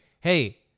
hey